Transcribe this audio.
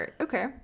okay